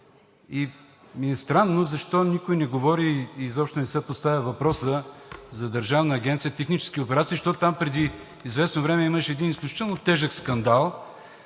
и ми е странно защо никой не говори и изобщо не се поставя въпросът за Държавна агенция „Технически операции“. Защото там преди известно време имаше един изключително тежък скандал,